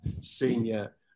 senior